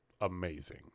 amazing